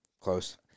Close